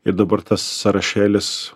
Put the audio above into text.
ir dabar tas sąrašėlis